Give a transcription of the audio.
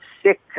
Sick